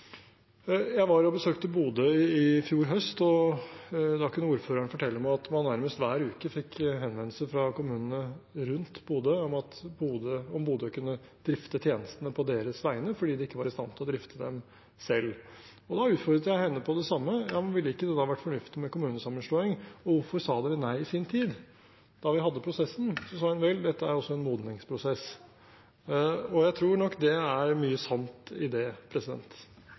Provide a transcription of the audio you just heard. Jeg besøkte Bodø i fjor høst, og da kunne ordføreren fortelle meg at man nærmest hver uke fikk henvendelser fra kommunene rundt Bodø om Bodø kunne drifte tjenestene på deres vegne, fordi de ikke var i stand til å drifte dem selv. Da utfordret jeg henne på det samme: Ville det ikke da vært fornuftig med kommunesammenslåing, og hvorfor sa dere nei i sin tid da vi hadde prosessen? Hun sa: Vel, dette er også en modningsprosess. Jeg tror nok det er mye sant i det.